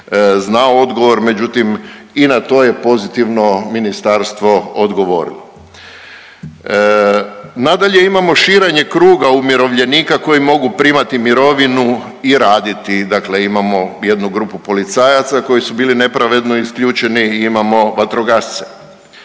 znao odgovor, međutim i na to je pozitivno ministarstvo odgovorilo. Nadalje imamo širenje kruga umirovljenika koji mogu primati mirovinu i raditi, dakle imamo jednu grupu policajaca koji su bili nepravedno isključeni, imamo vatrogasce.